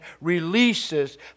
releases